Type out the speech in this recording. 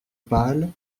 pâle